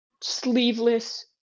sleeveless